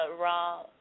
raw